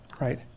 right